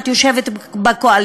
את יושבת בקואליציה,